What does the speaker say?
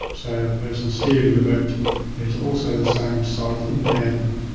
so the person steering the boat is also of the same sight impairment.